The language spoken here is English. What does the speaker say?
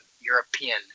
European